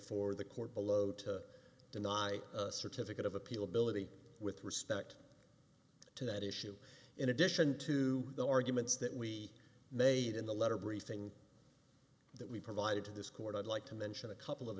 for the court below to deny a certificate of appeal ability with respect to that issue in addition to the arguments that we made in the letter briefing that we provided to this court i'd like to mention a couple of